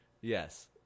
Yes